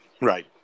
Right